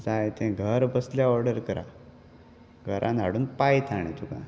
जाय तें घर बसले ऑर्डर करा घरान हाडून पाय ताणें तुका